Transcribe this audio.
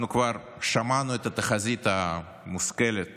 אנחנו כבר שמענו את התחזית המושכלת